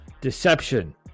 deception